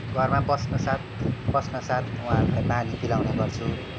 घरमा बस्नसाथ पस्नसाथ उहाँहरूलाई पानी पिलाउने गर्छु